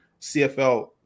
CFL